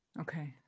Okay